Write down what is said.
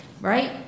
Right